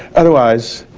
otherwise,